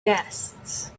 guests